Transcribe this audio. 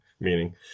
Meaning